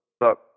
look